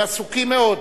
הם עסוקים מאוד.